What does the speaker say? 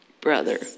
brother